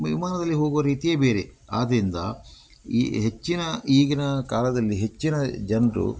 ವಿಮಾನದಲ್ಲಿ ಹೋಗುವ ರೀತಿಯೇ ಬೇರೆ ಆದ್ದರಿಂದ ಈ ಹೆಚ್ಚಿನ ಈಗಿನ ಕಾಲದಲ್ಲಿ ಹೆಚ್ಚಿನ ಜನರು